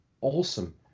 awesome